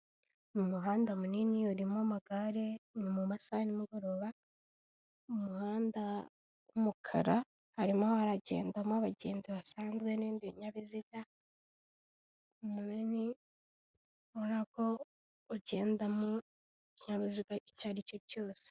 Mu muhanda munini urimo amagare ni mu masaha ya nimugoroba, umuhanda w'umukara harimo haragendamo abagenzi basanzwe n'ibindi binyabiziga; munini ubona ko ugendamo ikinyabiziga icyo aricyo cyose.